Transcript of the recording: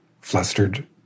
flustered